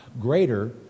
greater